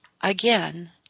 Again